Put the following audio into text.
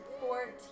Fourteen